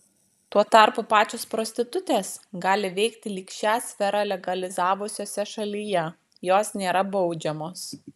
tuo tarpu pačios prostitutės gali veikti lyg šią sferą legalizavusiose šalyje jos nėra baudžiamos